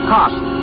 Cost